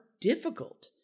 difficult